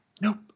Nope